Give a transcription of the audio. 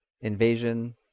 Invasion